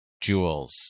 jewels